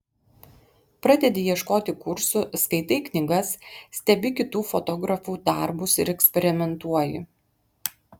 pradedi ieškoti kursų skaitai knygas stebi kitų fotografų darbus ir eksperimentuoji